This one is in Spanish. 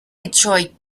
detroit